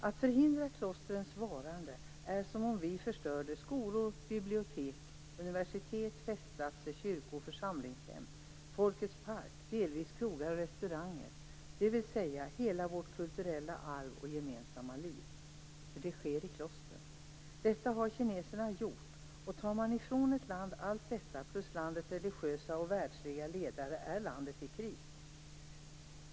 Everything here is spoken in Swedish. Att förhindra klostrens varande är som om vi skulle förstöra skolor, bibliotek, universitet, festplatser, kyrkor, församlingshem, Folkets park och delvis krogar och restauranger, dvs. hela vårt kulturella arv och gemensamma liv. Detta finns nämligen i klostren. Detta är vad kineserna har gjort. Om man tar ifrån ett land allt detta, plus landets religiösa och världsliga ledare, är landet i kris.